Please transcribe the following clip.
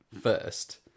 first